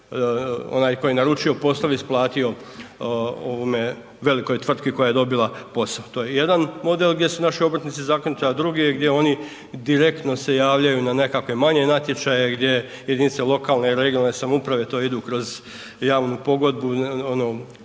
onaj tko je naručio posao isplatio velikoj tvrtki koja je dobila posao. To je jedan model gdje su naši obrtnici zakinuti. A drugi je gdje se direktno javljaju na nekakve manje natječaje gdje jedinice lokalne i regionalne samouprave to idu kroz javnu pogodbu